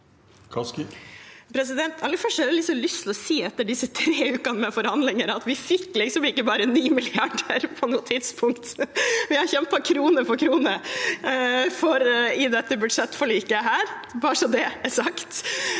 Aller først har jeg lyst til å si at etter disse tre ukene med forhandlinger fikk vi liksom ikke bare 9 mrd. kr på noe tidspunkt. Vi har kjempet krone for krone i dette budsjettforliket, bare så det er sagt.